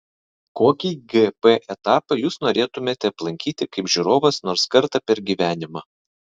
kokį gp etapą jūs norėtumėte aplankyti kaip žiūrovas nors kartą per gyvenimą